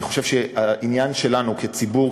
אני חושב שהעניין שלנו כציבור,